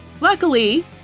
Luckily